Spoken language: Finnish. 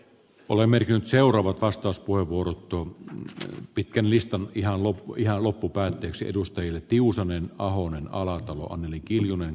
olemme nyt seuraava vastauspuheenvuorot on nyt pitkän listan ihan loppu ja loppupäätteksi edustajille tiusanen ahonen arvoisa herra puhemies